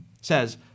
says